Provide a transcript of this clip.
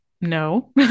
No